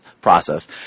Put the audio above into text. process